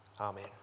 Amen